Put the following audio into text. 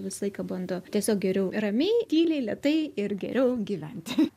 visą laiką bando tiesiog geriau ramiai tyliai lėtai ir geriau gyventi